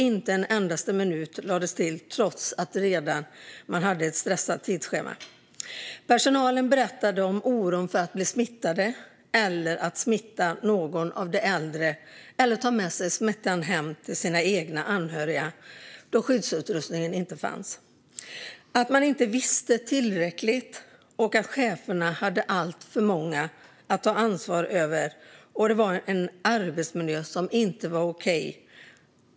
Inte en endaste minut lades till trots att man redan hade ett pressat tidsschema. Personalen berättade om oron för att bli smittad, för att smitta någon av de äldre eller för att ta med sig smittan hem till sina egna anhöriga eftersom det inte fanns någon skyddsutrustning. Man visste inte tillräckligt, och cheferna hade alltför många att ta ansvar för. Det var en arbetsmiljö som inte var okej.